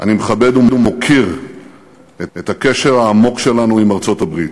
אני מכבד ומוקיר את הקשר העמוק שלנו עם ארצות-הברית.